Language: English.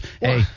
hey